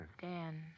Dan